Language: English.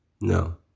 No